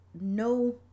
no